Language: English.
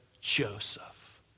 Joseph